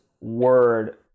word